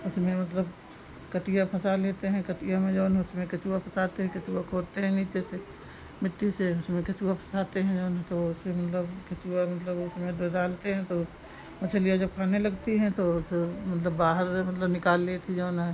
उसमें मतलब कटिया फंसा लेते हैं कटिया में जो है उसमें केंचुआ फंसाते हैं केचुआ खोदते हैं नीचे से मिट्टी से उसमें केचुआ फँसाते हैं जो है तो उसे मतलब केंचुआ मतलब उसमें डालते हैं तो मछलियाँ जब खाने लगती हैं तो तो मतलब बाहर मतलब निकाल लेत ही जो है